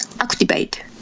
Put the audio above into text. activate